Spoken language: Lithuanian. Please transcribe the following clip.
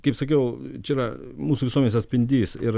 kaip sakiau čia yra mūsų visuomenės atspindys ir